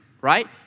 right